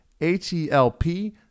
H-E-L-P